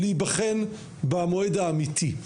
להיבחן במועד האמיתי.